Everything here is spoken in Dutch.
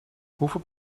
hoeveel